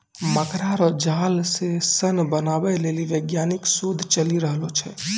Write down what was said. मकड़ा रो जाल से सन बनाबै लेली वैज्ञानिक शोध चली रहलो छै